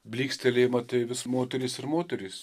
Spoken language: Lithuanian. blykstelėjimą tai vis moterys ir moterys